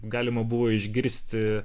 galima buvo išgirsti